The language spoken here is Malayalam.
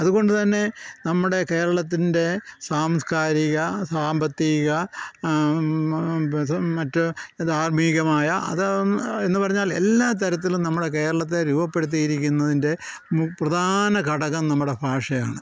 അതുകൊണ്ട് തന്നെ നമ്മുടെ കേരളത്തിൻ്റെ സാംസ്ക്കാരിക സാമ്പത്തിക മറ്റ് ധാർമീകമായ അത് എന്ന് പറഞ്ഞാൽ എല്ലാ തരത്തിലും നമ്മളെ കേരളത്തെ രൂപപ്പെടുത്തിരിയിരിക്കുന്നതിൻ്റെ പ്രധാന ഘടകം നമ്മുടെ ഭാഷയാണ്